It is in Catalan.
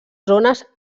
zones